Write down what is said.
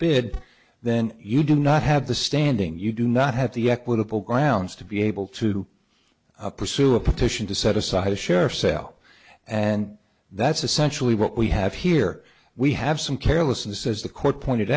bid then you do not have the standing you do not have the equitable grounds to be able to pursue a petition to set aside a share cell and that's essentially what we have here we have some carelessness as the court pointed